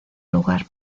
lugar